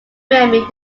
memory